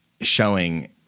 showing